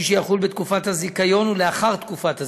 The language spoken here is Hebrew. שיחול בתקופת הזיכיון ולאחר תקופת הזיכיון,